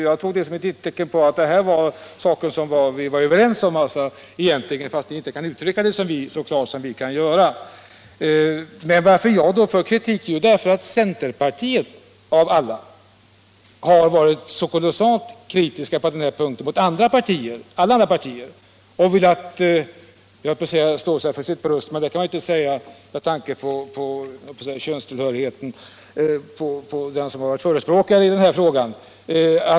Jag tog det som ett tecken på att det här var saker som vi egentligen var överens om, fast ni inte kan uttrycka det så klart som vi kan göra. Orsaken till att jag för fram kritik är ju att centerpartiet har varit så kolossalt kritiskt på den här punkten mot alla andra partier och velat slå sig för sitt bröst, höll jag på att säga, men det kanske man inte bör säga med tanke på könstillhörigheten hos den som främst varit förespråkare för centerpartiets uppfattning i den här frågan.